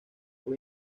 fue